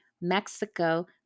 Mexico